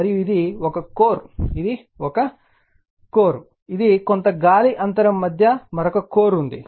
మరియు ఇది ఒక కోర్ ఇది కొంత గాలి అంతరం మధ్య మరొక కోర్ ఉంది